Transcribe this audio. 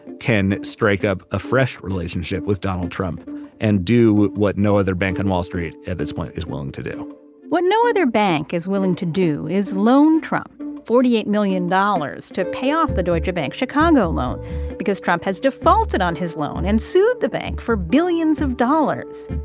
can strike up a fresh relationship with donald trump and do what no other bank on wall street, at this point, is willing to do what no other bank is willing to do is loan trump forty eight million dollars to pay off the deutsche bank chicago loan because trump has defaulted on his loan and sued the bank for billions of dollars.